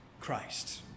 Christ